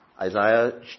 Isaiah